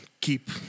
keep